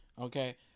okay